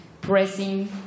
pressing